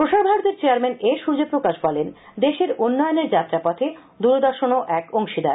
প্রসার Bharati chairman A Suryaprakash বলেন দেশের উল্লয়নের যাত্রাপথে দূরদর্শন ও এক অংশীদার